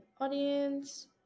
audience